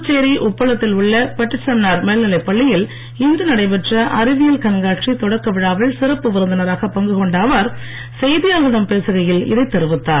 புதுச்சேரி உப்பளத்தில் உள்ள பெட்டிசெமினார் மேவல்நிலைப் பள்ளியில் இன்று நடைபெற்ற அறிவியல் கண்காட்சி தொடக்க விழாவில் சிறப்பு விருந்தினராகப் பங்குகொண்ட அவர் செய்தியாளர்களிடம் பேசுகையில் அவர் இதைத் தெரிவித்தார்